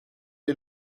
est